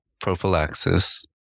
prophylaxis